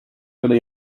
really